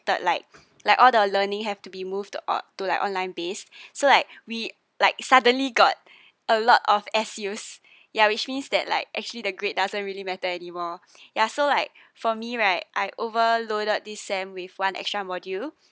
like like all the learning have to be moved uh to like online base so like we like suddenly got a lot of excuse ya which means that like actually the grades doesn't really matter anymore ya so like for me right I overloaded this sem with one extra module